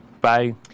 Bye